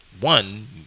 one